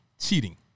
cheating